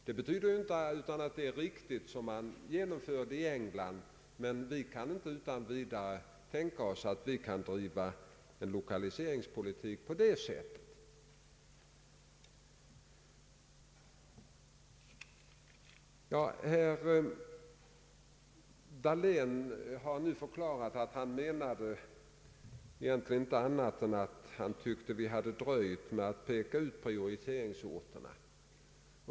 Det betyder inte att det inte är riktigt som man gör i England, men vi kan inte utan vidare tänka oss att driva en 1okaliseringspolitik på det sättet. Herr Dahlén har nu förklarat att han egentligen inte menade annat än att vi hade dröjt med att peka ut prioriteringsorterna.